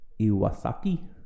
Iwasaki